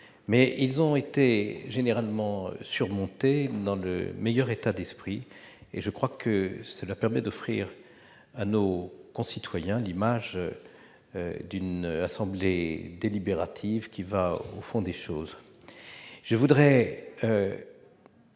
mais ils ont été généralement surmontés avec le meilleur état d'esprit, ce qui permet d'offrir à nos concitoyens l'image d'une assemblée délibérative qui va au fond des choses. Je voudrais